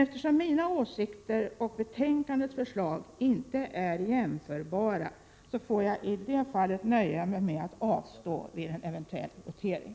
Eftersom mina åsikter och betänkandets förslag inte är jämförbara får jag i det fallet nöja mig med att avstå från att rösta vid en eventuell votering.